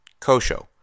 Kosho